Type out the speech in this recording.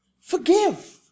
forgive